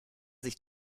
sich